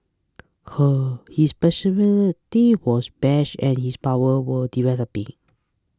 her his personality was brash and his powers were developing